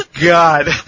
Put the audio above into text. God